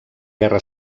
guerra